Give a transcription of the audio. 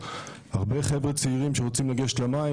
הרבה חבר'ה שרצו להיכנס למים.